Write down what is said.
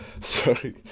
Sorry